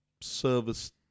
service